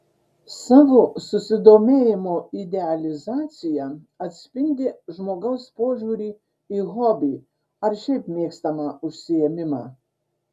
savo susidomėjimo idealizacija atspindi žmogaus požiūrį į hobį ar šiaip mėgstamą užsiėmimą